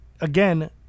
again